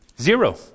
Zero